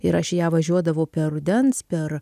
ir aš į ją važiuodavau per rudens per